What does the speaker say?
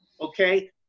Okay